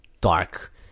dark